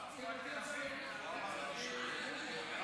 חבר הכנסת עבד אל חכים חאג' יחיא, אינו נוכח.